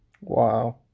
Wow